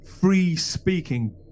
free-speaking